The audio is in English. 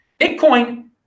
bitcoin